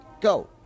go